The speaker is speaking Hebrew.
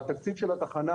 התקציב של התחנה,